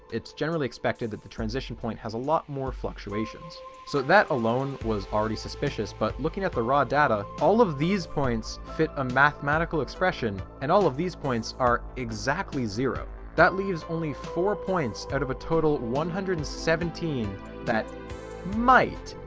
it's generally expected that the transition point has a lot more fluctuations. so that alone was already suspicious but looking at the raw data all of these points fit a mathematical expression and all of these points are exactly zero. that leaves only four points out of a total one hundred and seventeen that might.